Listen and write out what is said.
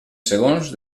segons